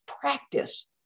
practice